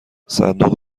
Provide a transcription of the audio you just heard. صندوق